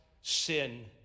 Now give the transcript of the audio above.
sin